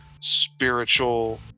spiritual